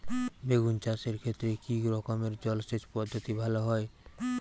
বেগুন চাষের ক্ষেত্রে কি রকমের জলসেচ পদ্ধতি ভালো হয়?